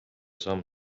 samm